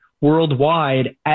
Worldwide